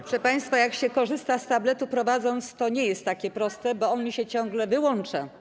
Proszę państwa, jak się korzysta z tabletu, prowadząc, to nie jest to takie proste, bo on mi się ciągle wyłącza.